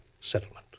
settlement